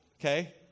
Okay